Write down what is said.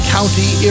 County